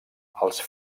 els